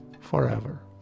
forever